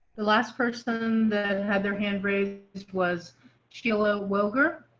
the last person that had their hand raised was sheila welker